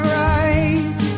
right